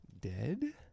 dead